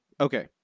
Okay